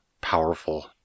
powerful